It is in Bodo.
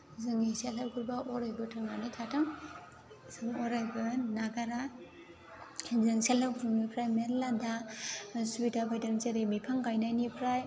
जोंनि सेल्प हेल्प ग्रुपआ अरायबो थांनानै थाथों जों अरायबो नागारा जों सेल्प हेल्प ग्रुपनिफ्राय मेरला दा सुबिदा फैदों जेरै बिफां गायनायनिफ्राय